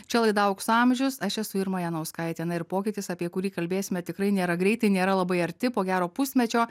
čia laida aukso amžius aš esu irma janauskaitė na ir pokytis apie kurį kalbėsime tikrai nėra greitai nėra labai arti po gero pusmečio